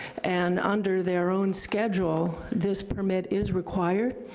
and under their own schedule, this permit is required.